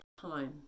time